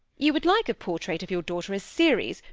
you would like a portrait of your daughter as ceres,